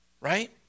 Right